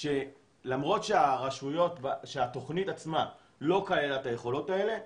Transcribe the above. שלמרות שהתכנית עצמה לא כללה את היכולות האלה,